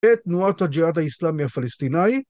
את תנועת הג'יהאד האיסלאמי הפלסטינאי